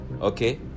okay